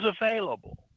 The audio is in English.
available